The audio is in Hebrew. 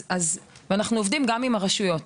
אז אנחנו עובדים גם עם מחלקות החינוך ברשויות,